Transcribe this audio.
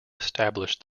establish